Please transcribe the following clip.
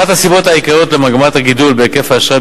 אחת הסיבות העיקריות למגמת הגידול בהיקף האשראי